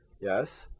yes